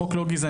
החוק לא גזעני.